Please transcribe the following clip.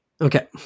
Okay